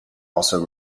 also